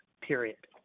period